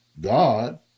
God